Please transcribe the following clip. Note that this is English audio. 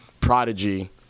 Prodigy